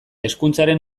hizkuntzaren